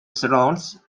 surrounds